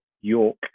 York